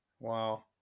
Wow